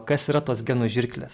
kas yra tos genų žirklės